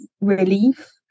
relief